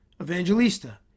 Evangelista